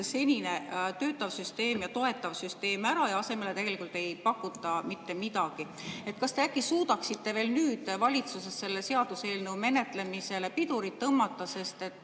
senine töötav ja toetav süsteem ära ja asemele tegelikult ei pakuta mitte midagi. Kas te äkki suudate veel nüüd valitsuses selle seaduseelnõu menetlemisele pidurit tõmmata? Selline